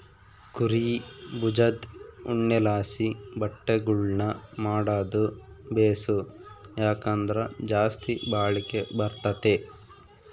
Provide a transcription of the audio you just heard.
ಕುರೀ ಬುಜದ್ ಉಣ್ಣೆಲಾಸಿ ಬಟ್ಟೆಗುಳ್ನ ಮಾಡಾದು ಬೇಸು, ಯಾಕಂದ್ರ ಜಾಸ್ತಿ ಬಾಳಿಕೆ ಬರ್ತತೆ